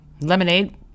Lemonade